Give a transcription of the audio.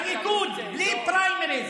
האיש הזה הונחת לליכוד בלי פריימריז.